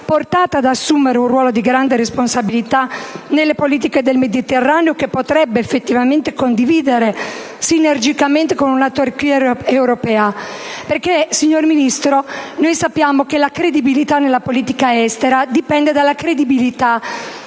portata ad assumere un ruolo di grande responsabilità nelle politiche del Mediterraneo, che potrebbe effettivamente sinergicamente condividere con una Turchia europea? Signora Ministro, sappiamo che la credibilità nella politica estera dipende dalla credibilità